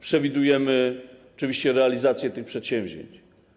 Przewidujemy oczywiście realizację tych przedsięwzięć.